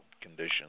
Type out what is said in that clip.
conditions